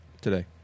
today